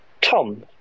Tom